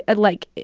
and like,